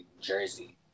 Jersey